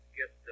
get